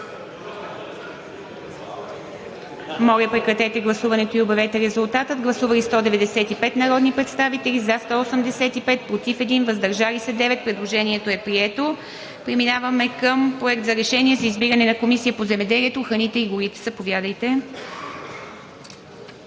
Моля, прекратете гласуването и обявете резултата. Гласували 194 народни представители: за 192, против няма, въздържали се 2. Предложението е прието. Преминаваме към Проект на решение за избиране на Комисия по труда, социалната и демографската